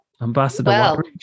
ambassador